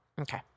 Okay